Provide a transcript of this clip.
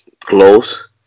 close